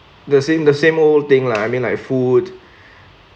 the same the same old thing lah I mean like food